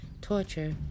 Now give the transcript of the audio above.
torture